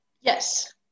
Yes